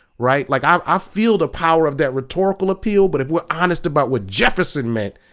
right? like um i feel the power of that rhetorical appeal, but if we're honest about what jefferson meant,